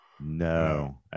no